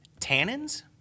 tannins